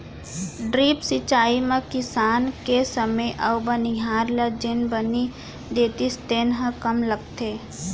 drip सिंचई म किसान के समे अउ बनिहार ल जेन बनी देतिस तेन ह कम लगथे